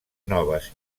noves